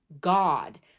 god